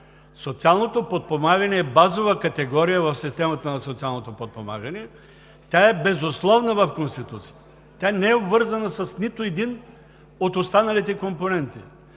Социалното подпомагане е базова категория в системата на социалното подпомагане, тя е безусловна в Конституцията, тя не е обвързана с нито един от останалите компоненти.